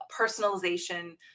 personalization